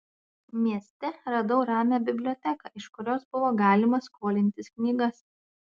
mieste radau ramią biblioteką iš kurios buvo galima skolintis knygas